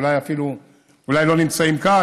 אולי הם לא נמצאים כאן,